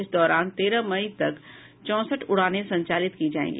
इस दौरान तेरह मई तक चौसठ उड़ानें संचालित की जाएगी